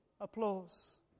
applause